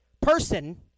person